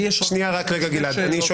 לי יש שתי שאלות.